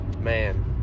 man